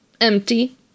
empty